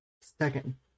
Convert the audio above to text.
second